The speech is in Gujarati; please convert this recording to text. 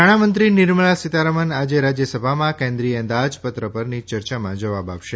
નાણામંત્રી નિર્મળા સીતારમણ આજે રાજ્યસભામાં કેન્દ્રીય અંદાજપત્ર પરની યર્યામાં જવાબ આપશે